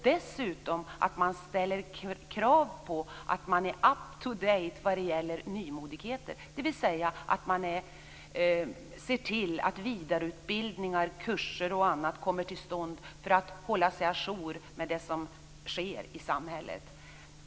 Dessutom skall de ställa krav på att biträdena är up-to-date vad gäller nymodigheter, dvs. att de skall se till att vidareutbildningar, kurser och annat kommer till stånd för att hålla sig ajour med det som sker i samhället.